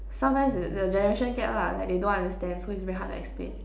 sometimes the the generation gap lah like they don't understand so it's very hard to explain